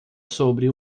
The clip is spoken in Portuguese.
sobre